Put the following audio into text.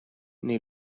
nei